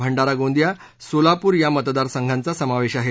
भंडारा गोंदिया सोलापूर मतदारसंघाचा समावेश आहे